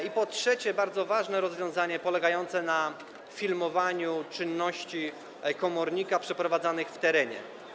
I po trzecie, bardzo ważne rozwiązanie polegające na filmowaniu czynności komornika przeprowadzanych w terenie.